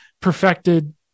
perfected